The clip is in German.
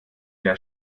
der